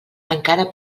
encara